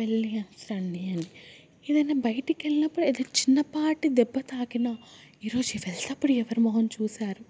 వెళ్ళి అనేసి రండి అని ఏదన్న బయటకెళ్ళినప్పుడు ఏదన్న చిన్నపాటి దెబ్బ తాకిన ఈ రోజు వెళ్ళేటప్పుడు ఎవరి మొహం చూసారో